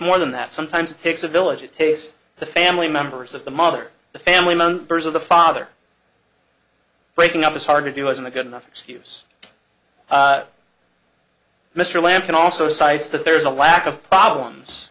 more than that sometimes it takes a village it tastes the family members of the mother the family members of the father breaking up is hard to do as in a good enough excuse mr lamb can also cites that there is a lack of problems